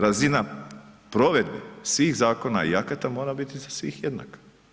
Razina provedbe svih zakona i akata mora biti za svih jednaka.